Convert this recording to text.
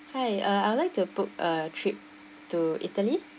hi uh I would like to book a trip to italy